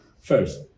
First